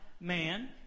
man